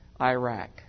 Iraq